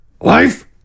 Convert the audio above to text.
Life